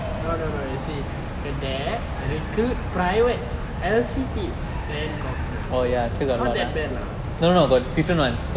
no no no you see cadet recruit private L_C_P then corporal so not that bad lah